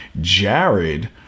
Jared